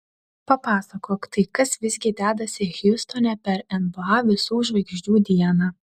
papasakok tai kas visgi dedasi hjustone per nba visų žvaigždžių dieną